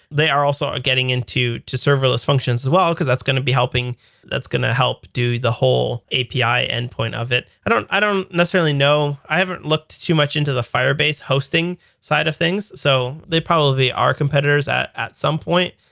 they are also ah getting into to serverless functions as well because that's going to be helping that's going to help do the whole api endpoint of it. i don't i don't necessarily know. i haven't looked too much into the firebase hosting side of things. so they probably are competitors at at some point.